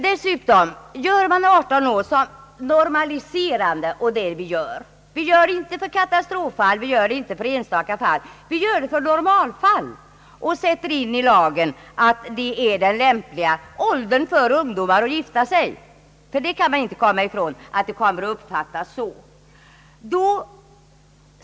Dessutom gör man då 18 års ålder normaliserande. Vi bestämmer inte den här åldern för katastroffall utan för normalfall. Vi sätter in i lagen att detta är den lämpliga åldern för ungdomar att gifta sig. Vi kan inte komma ifrån att bestämmelsen kommer att uppfattas så.